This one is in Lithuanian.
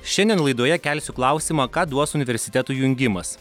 šiandien laidoje kelsiu klausimą ką duos universitetų jungimas